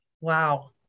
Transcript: wow